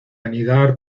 anidar